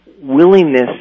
willingness